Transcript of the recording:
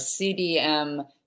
CDM